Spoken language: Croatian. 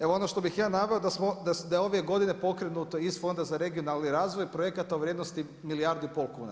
Evo, ono što bih ja naveo, da je ove godine, pokrenuto iz fonda za regionalni razvoj projekta u vrijednosti milijardu i pol kuna.